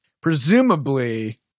Presumably